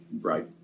right